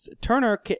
Turner